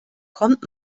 kommt